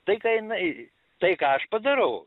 tai ką jinai tai ką aš padarau